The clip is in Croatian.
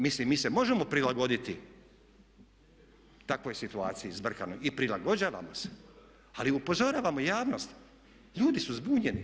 Mislim mi se možemo prilagoditi takvoj situaciji zbrkanoj i prilagođavamo se, ali upozoravamo javnost, ljudi su zbunjeni.